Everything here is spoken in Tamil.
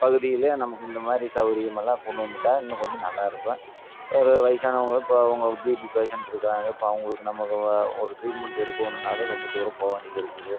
பகுதியில் நமக்கு இந்த மாதிரி சவுகரியமெல்லாம் கொண்டு வந்துட்டால் இன்னும் கொஞ்சம் நல்லாயிருக்கும் ஒரு வயசானவங்களும் இப்போ அவங்க பிபி பேஷண்ட் இருக்குறாங்க இப்போ அவங்களுக்கு நம்ம ஒரு ட்ரீட்மெண்ட் எடுக்கணுன்னாலும் ரொம்ப தூரம் போக வேண்டியதாக இருக்குது